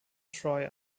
troy